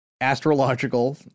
astrological